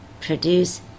produce